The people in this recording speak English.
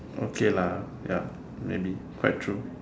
okay lah ya maybe quite true